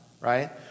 right